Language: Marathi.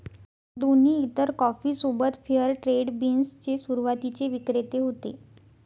दोन्ही इतर कॉफी सोबत फेअर ट्रेड बीन्स चे सुरुवातीचे विक्रेते होते